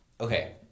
Okay